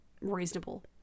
Reasonable